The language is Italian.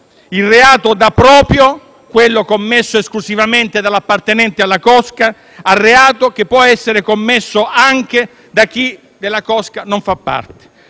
un reato proprio - quello commesso esclusivamente dall'appartenente alla cosca - in un reato comune, che può essere commesso anche da chi della cosca non fa parte.